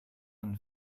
and